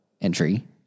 entry